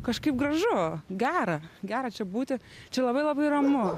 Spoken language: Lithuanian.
kažkaip gražu gera gera čia būti čia labai labai ramu